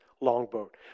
longboat